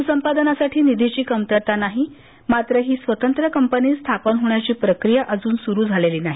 भूसंपादनासाठी निधीची कमतरता नाही मात्र ही स्वतंत्र कंपनी स्थापन होण्याची प्रक्रिया अजून सुरु झालेली नाही